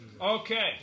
Okay